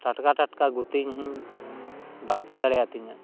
ᱴᱟᱴᱠᱟ ᱴᱟᱴᱠᱟ ᱜᱚᱛᱤ ᱦᱟᱹᱧ ᱵᱟᱹᱲᱛᱤ ᱫᱟᱲᱮ ᱟᱹᱛᱤᱧᱟᱹ